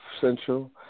Central